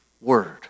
word